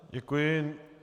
Děkuji.